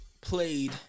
played